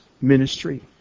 ministry